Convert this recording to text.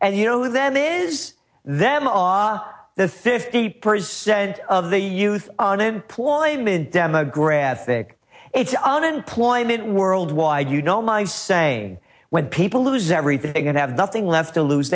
and you know them is them off the fifty percent of the youth unemployment demographic unemployment worldwide you know my saying when people lose everything and have nothing left to lose